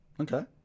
Okay